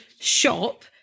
Shop